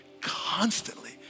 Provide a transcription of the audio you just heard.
Constantly